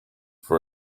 for